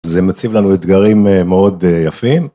זה מציב לנו אתגרים מאוד יפים.